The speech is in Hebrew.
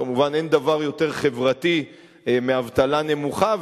כמובן אין דבר יותר חברתי מאבטלה נמוכה,